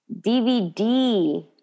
DVD